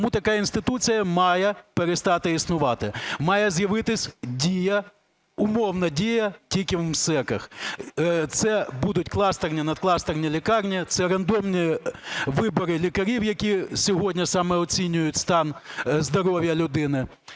Тому така інституція має перестати існувати. Має з'явитись Дія, умовна Дія, тільки в МСЕК. Це будуть кластерні, надкластерні лікарні, це рандомні вибори лікарів, які сьогодні саме оцінюють стан здоров'я людини,